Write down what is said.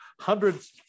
hundreds